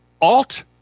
Alt